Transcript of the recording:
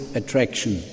attraction